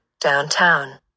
downtown